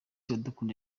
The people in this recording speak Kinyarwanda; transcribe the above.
iradukunda